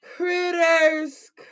Critters